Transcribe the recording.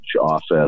office